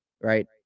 right